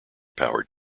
powered